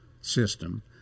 system